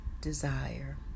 desire